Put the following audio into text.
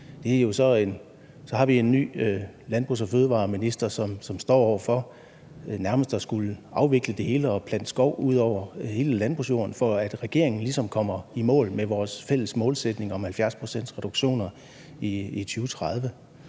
for fødevarer, landbrug og fiskeri, som står over for nærmest at skulle afvikle det hele og plante skov ud over hele landbrugsjorden, for at regeringen ligesom kommer i mål med vores fælles målsætning om en 70-procentsreduktion i 2030.